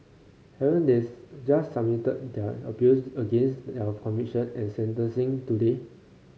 haven't they just submitted their appeals against their conviction and sentencing today